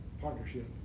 partnership